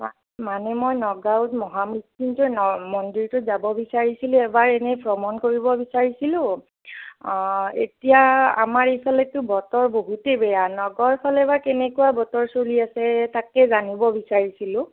মানে মই নগাঁৱত মহামৃত্যুঞ্জয় ন মন্দিৰটোত যাব বিচাৰিছিলোঁ এবাৰ এনেই ভ্ৰমণ কৰিব বিচাৰিছিলোঁ অঁ এতিয়া আমাৰ এইফালে বতৰ বহুতেই বেয়া নগাঁৱৰফালে বা কেনেকুৱা বতৰ চলি আছে তাকে জানিব বিচাৰিছিলোঁ